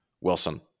Wilson